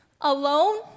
alone